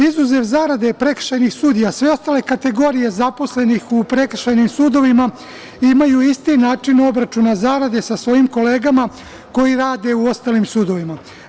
Izuzev zarade prekršajnih sudija, sve ostale kategorije zaposlenih u prekršajnim sudovima imaju isti način obračuna zarade sa svojim kolegama koje rade u ostalim sudovima.